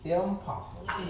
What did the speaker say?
impossible